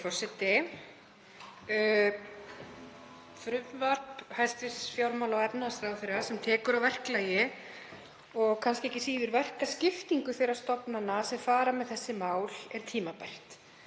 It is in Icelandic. Virðulegi forseti. Frumvarp hæstv. fjármála- og efnahagsráðherra, sem tekur á verklagi og kannski ekki síður verkaskiptingu þeirra stofnana sem fara með þessi mál, er tímabært.